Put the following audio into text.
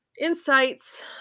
insights